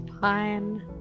fine